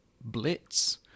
Blitz